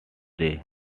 day